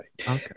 Okay